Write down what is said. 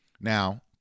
now